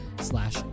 slash